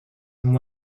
and